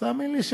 אז תאמין לי,